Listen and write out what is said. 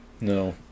No